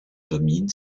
domine